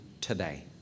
today